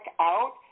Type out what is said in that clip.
out